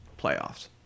playoffs